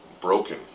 broken